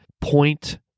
point